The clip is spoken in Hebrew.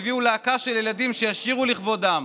הביאו להקה של ילדים שישירו לכבודם,